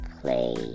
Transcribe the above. play